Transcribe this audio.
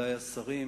מכובדי השרים,